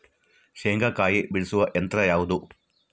ಶೇಂಗಾಕಾಯಿ ಬಿಡಿಸುವ ಯಂತ್ರ ಯಾವುದು?